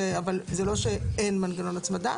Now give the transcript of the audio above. אבל זה לא שאין מנגנון הצמדה.